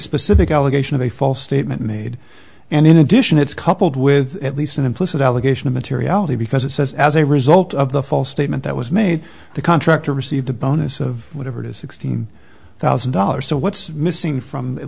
specific allegation of a false statement made and in addition it's coupled with at least an implicit allegation of materiality because it says as a result of the false statement that was made the contractor received a bonus of whatever to sixteen thousand dollars so what's missing from at